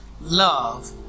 love